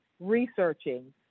researching